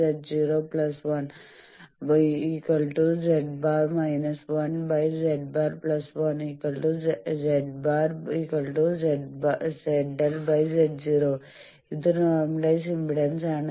Γ ZLZ0 1ZLZ01z̄ 1z̄1 z̄ZLZ0 ഇത് normalised impedance ആണ്